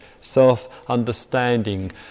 self-understanding